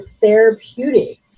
therapeutic